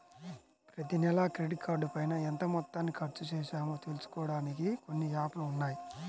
ప్రతినెలా క్రెడిట్ కార్డుపైన ఎంత మొత్తాన్ని ఖర్చుచేశామో తెలుసుకోడానికి కొన్ని యాప్ లు ఉన్నాయి